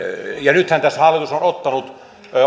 nythän tässä hallitus on ottanut